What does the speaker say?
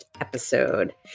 episode